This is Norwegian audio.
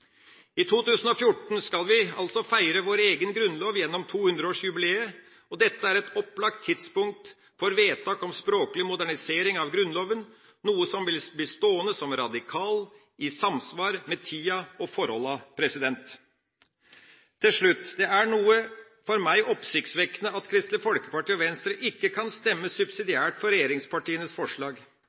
I 2014 skal vi altså feire vår egen grunnlov gjennom 200-årsjubileet. Dette er et opplagt tidspunkt for vedtak om språklig modernisering av Grunnloven – noe som vil bli stående som radikalt – i samsvar med tida og forholdene. Til slutt: Det er for meg noe oppsiktsvekkende at Kristelig Folkeparti og Venstre ikke kan stemme subsidiært for regjeringspartienes forslag.